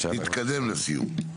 כן, תתקדם לסיום.